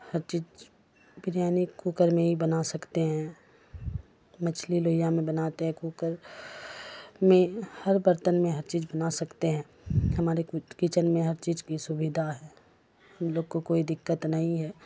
ہر چیز بریانی کوکر میں ہی بنا سکتے ہیں مچھلی لوہیا میں بناتے ہیں کوکر میں ہر برتن میں ہر چیز بنا سکتے ہیں ہمارے کچن میں ہر چیز کی سویدھا ہے ہم لوگ کو کوئی دقت نہیں ہے